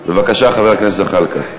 בבקשה, חבר הכנסת זחאלקה.